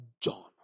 John